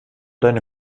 deine